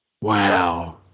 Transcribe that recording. Wow